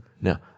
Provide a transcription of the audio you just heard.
Now